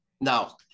now